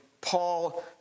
Paul